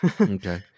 Okay